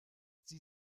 sie